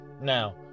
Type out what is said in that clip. now